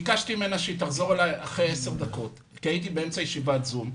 ביקשתי ממנה שתחזור אלי אחרי עשר דקות כי הייתי באמצע ישיבת זום,